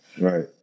Right